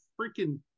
freaking